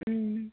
ம்